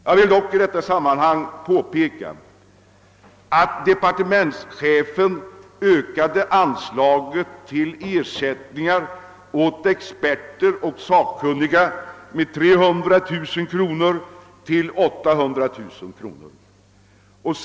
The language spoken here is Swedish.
Jag vill dock i detta sammanhang påpeka att departementschefen räknade upp anslaget till ersättningar åt experter och sakkunniga med 300 000 kronor till 800 000 kronor.